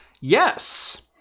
Yes